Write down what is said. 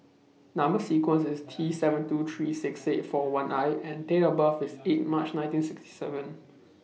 Number sequence IS T seven two three six eight four one I and Date of birth IS eight March nineteen sixty seven